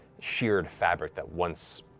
sheared fabric that once,